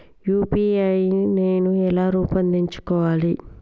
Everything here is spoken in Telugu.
యూ.పీ.ఐ నేను ఎలా రూపొందించుకోవాలి?